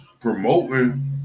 promoting